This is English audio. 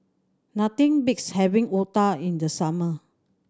nothing beats having otah in the summer